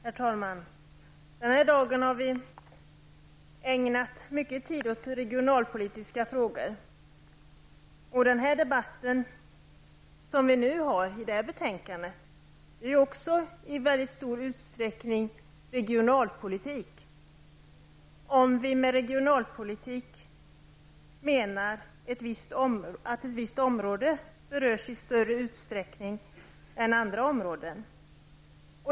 Herr talman! Denna dag har vi ägnat mycket tid åt regionalpolitiska frågor. Denna debatt till detta betänkande är i stor utsträckning regionalpolitik, om vi med regionalpolitik menar att ett visst område berörs i större utsträckning än andra områden.